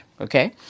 Okay